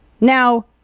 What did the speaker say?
Now